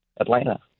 Atlanta